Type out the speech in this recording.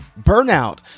burnout